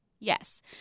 Yes